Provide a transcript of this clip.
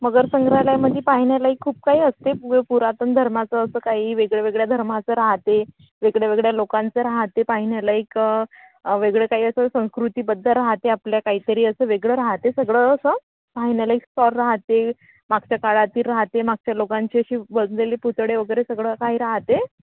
मगर संग्रहालयामध्ये पाहण्यालायक खूप काही असते पु पुरातन धर्माचं असं काही वेगळ्यावेगळ्या धर्माचं राहते वेगळ्या वेगळ्या लोकांचं राहते पाहण्यालायक वेगळं काही असं संस्कृतीबद्दल राहते आपल्या काहीतरी असं वेगळं राहते सगळं असं पाहण्यालायक स्तर राहते मागच्या काळातील राहते मागच्या लोकांशी अशी बनलेले पुतळे वगैरे सगळं काही राहाते